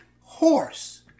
horse